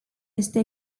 este